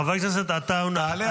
חבר הכנסת עטאונה,